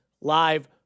live